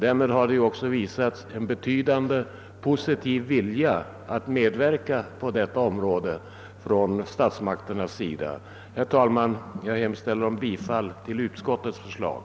Därmed har också från statsmakternas sida visats en betydande positiv vilja att medverka på detta område. Herr talman! Jag hemställer om bifall till utskottets förslag.